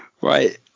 right